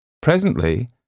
Presently